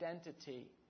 identity